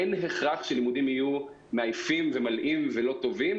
אין הכרח שלימודים יהיו מעייפים ומלאים ולא טובים.